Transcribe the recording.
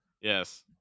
yes